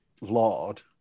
lord